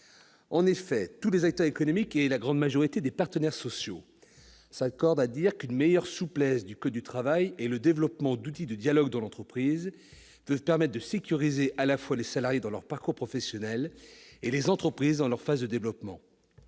En effet, tous les acteurs économiques et la grande majorité des partenaires sociaux s'accordent à dire qu'une plus grande souplesse du code du travail et le développement d'outils de dialogue dans l'entreprise peuvent permettre de sécuriser à la fois les salariés dans leur parcours professionnel et les entreprises dans leur phase de développement.